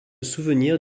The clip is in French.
souvenir